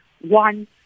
one